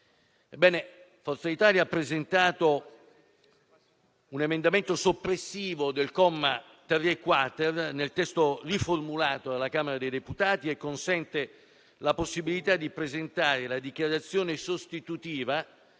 Forza Italia ha presentato un emendamento soppressivo del comma 3-*quater* al testo riformulato dalla Camera dei deputati che consente la possibilità di presentare la dichiarazione sostitutiva